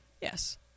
Yes